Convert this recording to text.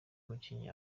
umukinnyi